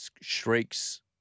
shrieks